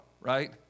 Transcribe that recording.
right